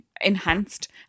enhanced